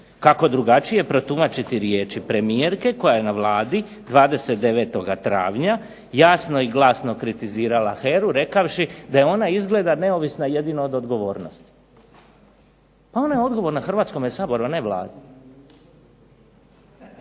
Kako drugačije protumačiti riječi premijerke koja je na Vladi 29. travnja jasno i glasno kritizirala HERA-u rekavši da je ona izgleda neovisna jedino od odgovornosti. Pa ona je odgovorna Hrvatskom saboru a ne Vladi.